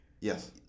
Yes